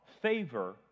favor